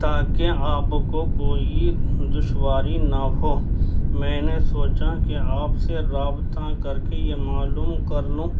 تا کہ آب کو کوئی دشواری نہ ہو میں نے سوچا کہ آپ سے رابطہ کر کے یہ معلوم کر لوں